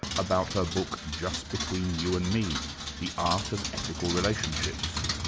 about her book, just between you and me the art of ethical relationships.